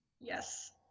Yes